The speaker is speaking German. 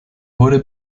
wurde